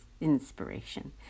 inspiration